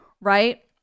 right